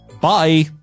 Bye